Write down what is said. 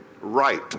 right